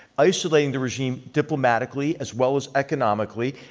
isolating the regime diplomatically as well as economically.